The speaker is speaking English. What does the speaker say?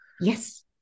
Yes